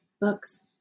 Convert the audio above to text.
books